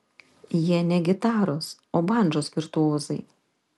jie ne gitaros o bandžos virtuozai